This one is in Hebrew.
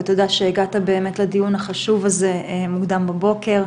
ותודה שהגעת באמת לדיון החשוב הזה מוקדם בבוקר.